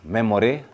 Memory